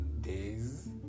days